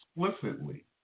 explicitly